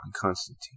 Constantine